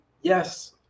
yes